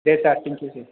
Day sir thank you Day